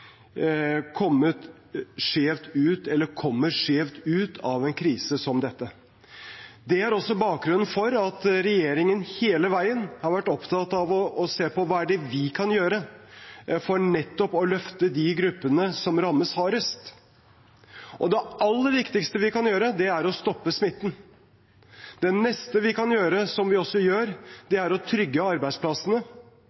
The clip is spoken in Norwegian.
skjevt ut av en krise som dette. Det er også bakgrunnen for at regjeringen hele veien har vært opptatt av å se på hva det er vi kan gjøre for nettopp å løfte de gruppene som rammes hardest. Det aller viktigste vi kan gjøre, er å stoppe smitten. Det neste vi kan gjøre – som vi også gjør – er å trygge arbeidsplassene. Det